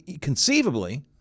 conceivably